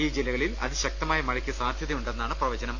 ഈ ജില്ലകളിൽ അതിശക്തമായ മഴ്യ്ക്ക് സാധ്യതയു ണ്ടെന്നാണ് പ്രവചനം